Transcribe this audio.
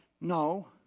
No